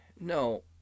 no